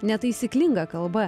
netaisyklinga kalba